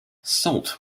salt